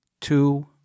two